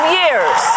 years